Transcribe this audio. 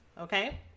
Okay